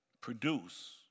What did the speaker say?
produce